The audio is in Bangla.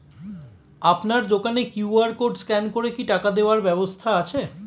আপনার দোকানে কিউ.আর কোড স্ক্যান করে কি টাকা দেওয়ার ব্যবস্থা আছে?